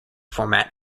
format